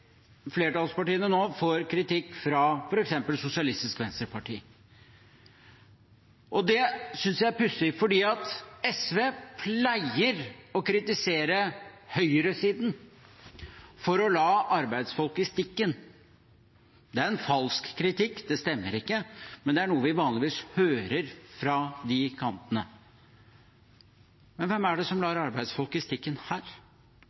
flertallspartiene nå får kritikk fra f.eks. Sosialistisk Venstreparti. Det synes jeg er pussig, for SV pleier å kritisere høyresiden for å la arbeidsfolk i stikken. Det er en falsk kritikk. Det stemmer ikke. Men det er noe vi vanligvis hører fra den kanten. Men hvem er det som lar arbeidsfolk i stikken her?